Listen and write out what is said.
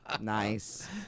Nice